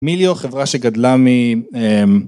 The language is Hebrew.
מיליו חברה שגדלה מ